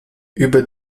über